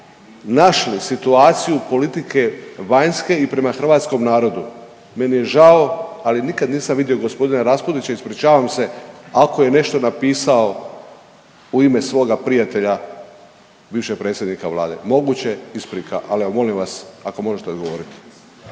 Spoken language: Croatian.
našli situaciju politike vanjske i prema hrvatskom narodu. Meni je žao ali nikada nisam vidio gospodina Raspudića, ispričavam se ako je nešto napisao u ime svoga prijatelja bivšeg predsjednika vlade, moguće isprika, ali evo molim vas ako možete odgovoriti.